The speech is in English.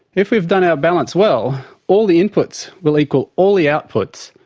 if we have done our balance well, all the inputs, will equal all the outputs,